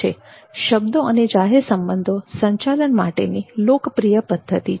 બોલાયેલા શબ્દો અને જાહેર સંબંધો સંચાલન માટે લોકપ્રિય પદ્ધતિઓ છે